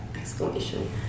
exclamation